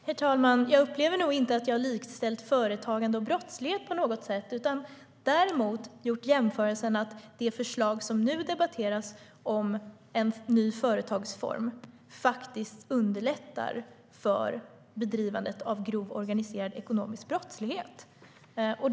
Herr talman! Jag upplever inte att jag likställde företagande och brottslighet. Det jag sa var att det förslag som debatteras om en ny företagsform faktiskt underlättar bedrivandet av grov organiserad ekonomisk brottslighet.